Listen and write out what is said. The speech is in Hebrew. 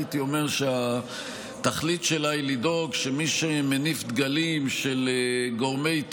הייתי אומר שהתכלית שלה היא לדאוג שמי שמניף דגלים של גורמי טרור,